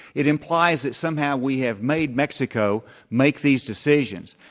it implies that somehow we have made mexico make these decisions.